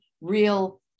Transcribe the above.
real